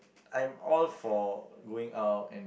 I'm all for going out and